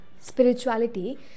spirituality